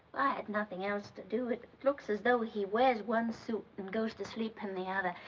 i had nothing else to do. it looks as though he wears one suit and goes to sleep in the other.